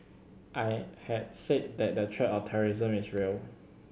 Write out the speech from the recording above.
I had said that the threat of terrorism is real